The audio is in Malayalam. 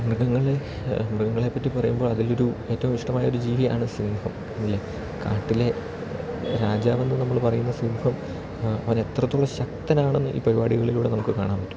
മൃഗങ്ങളെ മൃഗങ്ങളെ പറ്റി പറയുമ്പോൾ അതിലൊരു ഏറ്റവും ഇഷ്ടമായൊരു ജീവിയാണ് സിംഹം ഇല്ലേ കാട്ടിലെ രാജാവെന്ന് നമ്മൾ പറയുന്ന സിംഹം അവർ എത്രത്തോളം ശക്തനാണ് എന്ന് ഈ പരിപാടികളിലൂടെ നമുക്ക് കാണാൻ പറ്റും